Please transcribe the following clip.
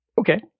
Okay